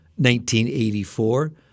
1984